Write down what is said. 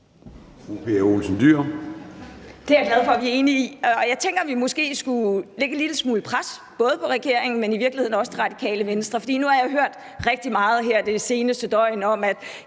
Det er jeg glad for at vi er enige om, og jeg tænker, at vi måske skulle lægge en lille smule pres både på regeringen, men i virkeligheden også på Radikale Venstre. For nu har jeg hørt rigtig meget her det seneste døgn om SF